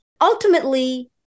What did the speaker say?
ultimately